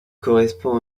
correspond